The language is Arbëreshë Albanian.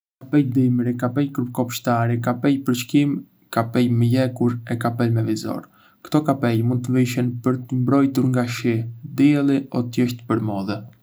Kapele dimri, kapele për kopshtari, kapele për skijim, kapele me lëkurë e kapele me vizore. Ktò kapele mund të vishen për t'u mbrojtur nga shi, dielli o thjesht për modë.